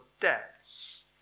debts